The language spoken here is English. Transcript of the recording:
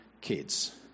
kids